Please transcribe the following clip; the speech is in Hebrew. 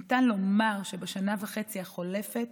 ניתן לומר שבשנה וחצי החולפת